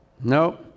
no